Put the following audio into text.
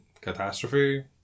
catastrophe